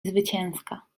zwycięska